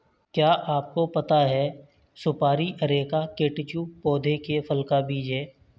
क्या आपको पता है सुपारी अरेका कटेचु पौधे के फल का बीज है?